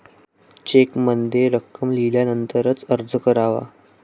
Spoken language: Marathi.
चेकमध्ये रक्कम लिहिल्यानंतरच अर्ज करावा